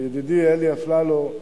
ידידי אלי אפללו,